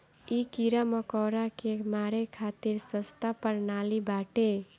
इ कीड़ा मकोड़ा के मारे खातिर सस्ता प्रणाली बाटे